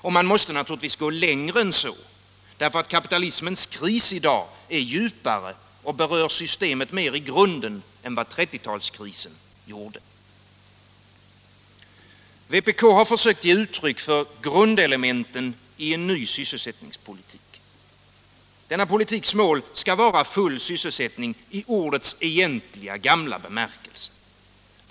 Och man måste naturligtvis gå längre än så, därför att kapitalismens kris i dag är djupare och berör systemet mer i grunden än vad 30-talskrisen gjorde. Vpk har gett uttryck för grundelementen i en ny sysselsättningspolitik. Denna politiks mål skall vara full sysselsättning i ordets egentliga gamla bemärkelse.